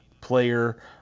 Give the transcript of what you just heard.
player